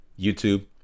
YouTube